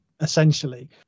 essentially